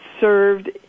served